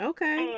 Okay